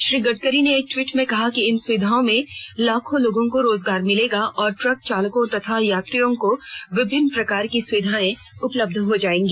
श्री गडकरी ने एक ट्वीट में कहा है कि इन सुविधाओं में लाखों लोगों को रोजगार मिलेगा और ट्रक चालकों तथा यात्रियों को विभिन्न प्रकार की सुविधाएं उपलब्ध हो जायेंगी